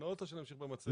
לענות או להמשיך במצגת?